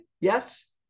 Yes